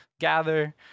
gather